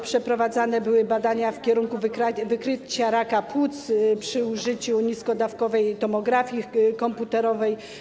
Przeprowadzane były też badania w kierunku wykrycia raka płuc przy użyciu niskodawkowej tomografii komputerowej.